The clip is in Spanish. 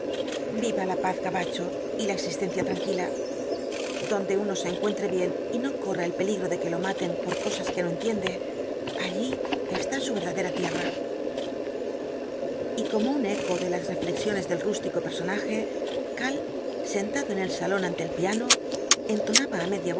viva la paz gabacho y la existencia tranquila donde uno se encuentre bien y no corra el peligro de que lo maten por cosas que no entiende allí está su verdadera tierra y como un eco de las reflexiones del rústico personaje karl sentado en el salón ante el piano entonaba á